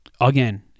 again